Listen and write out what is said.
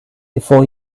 before